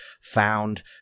found